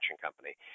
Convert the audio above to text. company